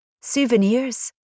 Souvenirs